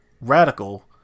radical